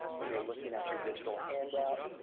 when you're looking at your digital handout,